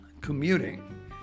commuting